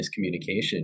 miscommunication